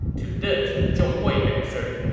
to this, zhong hui answered,